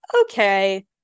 okay